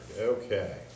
Okay